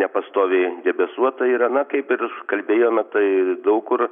nepastoviai debesuota yra na kaip ir kalbėjome tai daug kur